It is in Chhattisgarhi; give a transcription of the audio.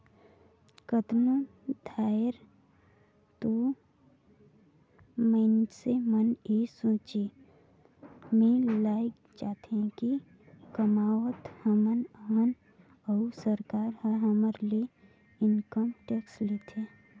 कतनो धाएर तो मइनसे मन ए सोंचे में लइग जाथें कि कमावत हमन अहन अउ सरकार ह हमर ले इनकम टेक्स लेथे